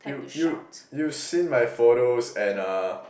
you you you've seen my photos and uh